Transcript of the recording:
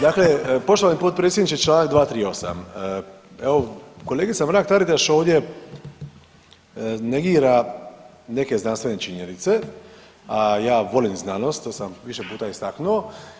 Dakle, poštovani potpredsjedniče Članak 238., evo kolegica Mrak Taritaš ovdje negira neke znanstvene činjenice, a ja volim znanost to sam više puta istaknuo.